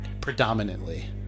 predominantly